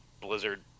Blizzard